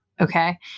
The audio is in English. Okay